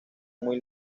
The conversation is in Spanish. muy